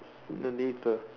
no need ah